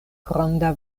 granda